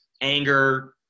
anger